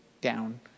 down